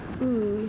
mm